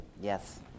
yes